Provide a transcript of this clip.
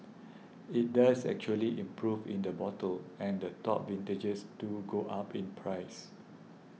it does actually improve in the bottle and the top vintages do go up in price